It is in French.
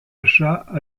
achats